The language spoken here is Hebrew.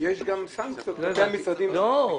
אלא יש גם סנקציות כלפי המשרדים שלא מממשים.